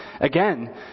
Again